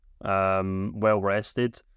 Well-rested